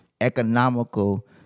economical